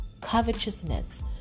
covetousness